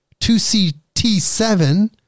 2CT7-